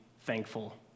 thankful